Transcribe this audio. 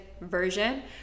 version